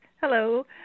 Hello